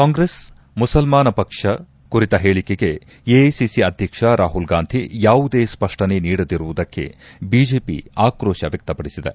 ಕಾಂಗ್ರೆಸ್ ಮುಸಲ್ಲಾನ ಪಕ್ಷ ಕುರಿತ ಹೇಳಿಕೆಗೆ ಎಐಸಿಸಿ ಅಧ್ಯಕ್ಷ ರಾಹುಲ್ ಗಾಂಧಿ ಯಾವುದೇ ಸ್ವಷ್ಟನೆ ನೀಡದಿರುವುದಕ್ಕೆ ಬಿಜೆಪಿ ಆಕ್ರೋಶ ವ್ಯಕ್ತಪಡಿಸಿದೆ